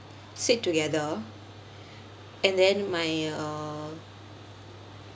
sit together and then my uh